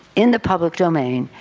in the public domain,